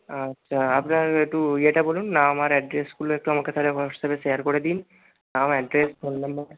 আচ্ছা আপনার একটু ইয়েটা বলুন নাম আর অ্যাড্রেসগুলো একটু আমাকে তাহলে হোয়াটসঅ্যাপে শেয়ার করে দিন নাম অ্যাড্রেস ফোন নম্বর